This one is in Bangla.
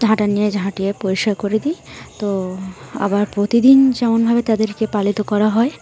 ঝাঁটা নিয়ে ঝাঁটিয়ে পরিষ্কার করে দিই তো আবার প্রতিদিন যেমনভাবে তাদেরকে পালিত করা হয়